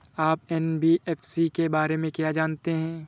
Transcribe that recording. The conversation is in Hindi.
आप एन.बी.एफ.सी के बारे में क्या जानते हैं?